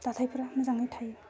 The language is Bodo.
दाथाइफ्रा मोजाङै थायो